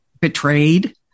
betrayed